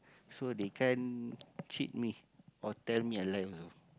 so they can't cheat me or tell me I lie also